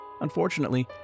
Unfortunately